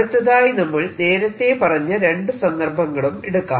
അടുത്തതായി നമ്മൾ നേരത്തെ പറഞ്ഞ രണ്ടു സന്ദർഭങ്ങളും എടുക്കാം